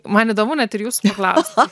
man įdomu net ir jūsų paklausti